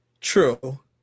True